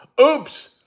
Oops